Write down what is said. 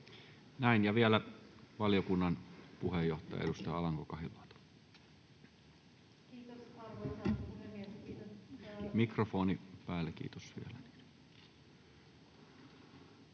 Näin. — Vielä valiokunnan puheenjohtaja, edustaja Alanko-Kahiluoto. — Mikrofoni päälle, kiitos, vielä.